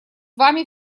вами